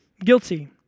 guilty